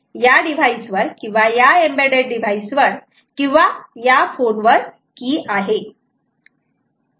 या डिव्हाइस वर किंवा या एम्बेडेड डिव्हाइस वर किंवा या फोन वर की आहे